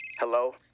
Hello